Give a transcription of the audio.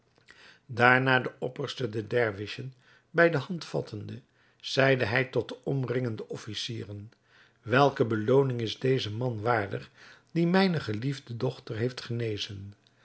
daarna den opperste der dervissen bij de hand vattende zeide hij tot de omringende officieren welke belooning is deze man waardig die mijne geliefde dochter heeft genezen